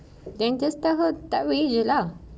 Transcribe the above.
then just tell her that way jer lah